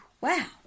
wow